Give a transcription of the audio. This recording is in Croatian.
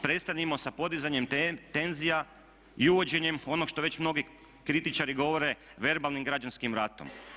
Prestanimo sa podizanjem tenzija i uvođenjem onog što već mnogi kritičari govore verbalnim građanskim ratom.